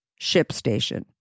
ShipStation